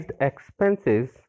expenses